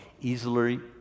easily